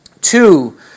Two